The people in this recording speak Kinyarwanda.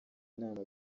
inama